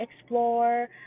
explore